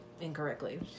incorrectly